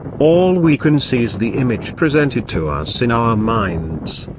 all we can see is the image presented to us in our minds.